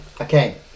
okay